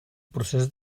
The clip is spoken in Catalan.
procés